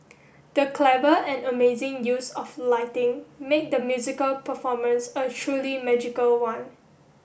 the clever and amazing use of lighting made the musical performance a truly magical one